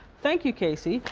thank you casey.